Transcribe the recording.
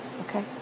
Okay